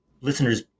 listeners